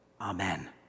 amen